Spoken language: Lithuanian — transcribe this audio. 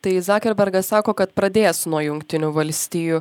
tai zakerbergas sako kad pradės nuo jungtinių valstijų